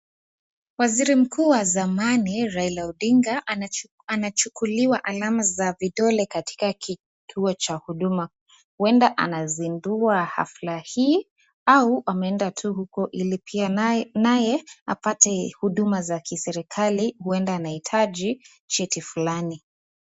Waziri mkuu wa zamani Raila Odinga anachukuliwa alama za vidole katika kituo cha huduma, huenda anazindua hafla hii au ameenda tu huko ili pia naye apate huduma za serikali, huenda anahitaji cheti fulani.